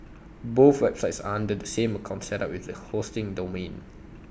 both websites are under the same account set up with the hosting domain